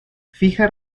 fija